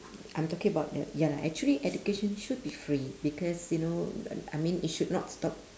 I'm talking about the ya lah actually education should be free because you know uh I mean it should not stop